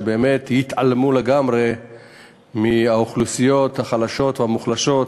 שבאמת התעלמה לגמרי מהאוכלוסיות החלשות והמוחלשות,